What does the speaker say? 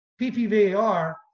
PPVAR